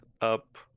up